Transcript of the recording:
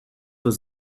was